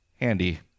handy